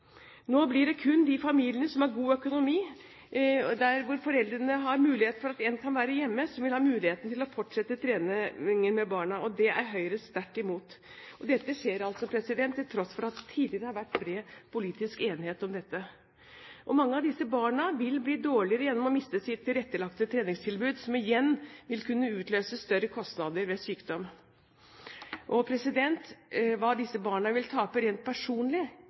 Nå blir det kun de familiene som har god økonomi, der foreldre har muligheten til at én kan være hjemme, som vil ha mulighet til å fortsette treningen med barna, og det er Høyre sterkt imot. Dette skjer altså til tross for at det tidligere har vært bred politisk enighet om dette. Mange av disse barna vil bli dårligere gjennom å miste sitt tilrettelagte treningstilbud, som igjen vil kunne utløse større kostnader ved sykdom. Og hva disse barna vil tape rent personlig,